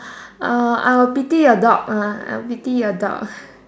uh I'll pity your dog lah I'll pity your dog